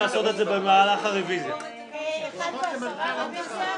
הצעת החוק עברה ותונח על שולחן הכנסת לקריאה שנייה ושלישית.